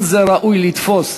לא ראוי לתפוס,